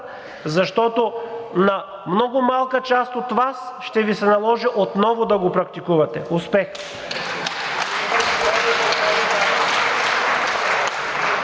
защото на много малка част от Вас ще Ви се наложи отново да го практикувате. Успех!